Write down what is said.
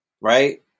right